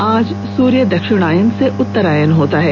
आज सूर्य दक्षिणायन से उत्तरायण होता है